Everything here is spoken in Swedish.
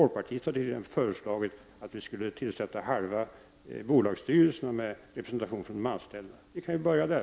Folkpartiet har föreslagit att vi skulle tillsätta halva bolagsstyrelserna med representanter för de anställda. Vi kan ju börja där.